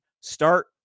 start